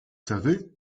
savez